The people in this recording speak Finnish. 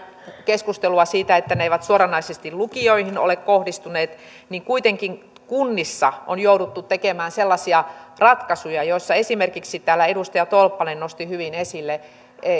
keskustelua siitä että nämä koulutusleikkaukset eivät suoranaisesti lukioihin ole kohdistuneet kuitenkin kunnissa on jouduttu tekemään sellaisia ratkaisuja että esimerkiksi kuten täällä edustaja tolppanen nosti hyvin esille